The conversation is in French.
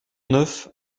neuf